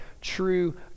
true